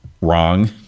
wrong